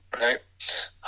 right